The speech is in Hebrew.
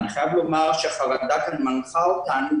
אני חייב לומר שהחרדה כאן מנחה אותנו.